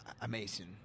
amazing